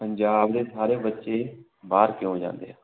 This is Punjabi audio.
ਪੰਜਾਬ ਦੇ ਸਾਰੇ ਬੱਚੇ ਬਾਹਰ ਕਿਉਂ ਜਾਂਦੇ ਆ